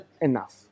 enough